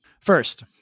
First